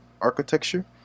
architecture